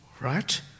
right